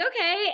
okay